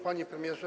Panie Premierze!